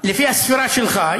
לפי הספירה שלך.